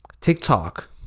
TikTok